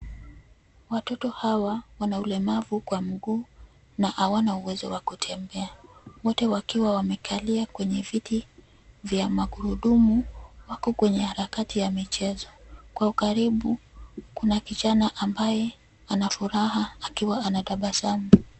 Watoto hawa wana ulemavu kwa miguu na hawana uwezo wa kutembea ,wote wakiwa wamekalia kwenye viti vya magurudumu, wako kwenye harakati ya michezo. Kwa ukaribu, kuna kijana ambaye ana furaha akiwa anatabasamu.